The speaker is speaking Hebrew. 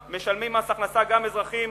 ומשלמים מס הכנסה גם אזרחים